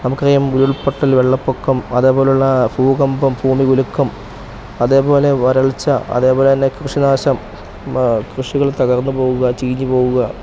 നമുക്ക് അറിയാം ഉരുൾപ്പട്ടൽ വെള്ളപ്പൊക്കം അതേപോലുള്ള ഭൂകമ്പം ഭൂമി കുലുക്കും അതേപോലെ വരൾച്ച അതേപോലെ തന്നെ കൃഷിനാശം മാ കൃഷികൾ തകർന്ന് പോവുക ചീഞ്ഞ് പോവുക